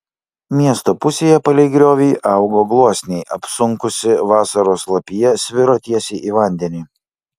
miesto pusėje palei griovį augo gluosniai apsunkusi vasaros lapija sviro tiesiai į vandenį